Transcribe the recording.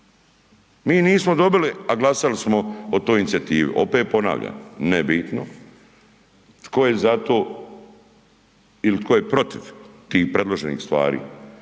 Mi nismo dobili a glasali smo o toj inicijativi. Opet ponavljam, nebitno tko je za to ili tko je protiv tih predloženih stvari